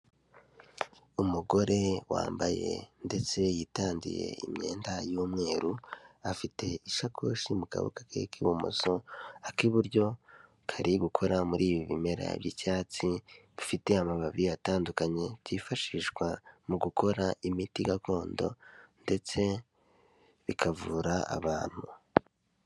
Umugore wambaye ndetse yitangiye imyenda y'umweru, afite isakoshi mu kawa ke k'ibumoso, ak'iburyo kari gukora muri ibi bimera by'icyatsi bifite amababi atandukanye byifashishwa mu gukora imiti gakondo ndetse bikavura abantu.